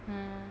mm